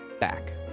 back